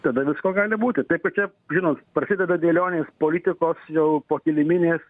tada visko gali būti taip kad čia žinot prasideda dėlionės politikos jau pokiliminės